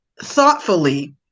Thoughtfully